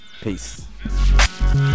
Peace